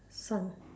fun